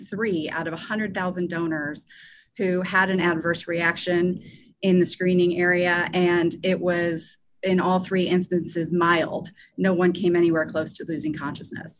three out of eight hundred thousand donors who had an adverse reaction in the screening area and it was in all three instances mild no one came anywhere close to those in consciousness